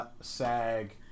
Sag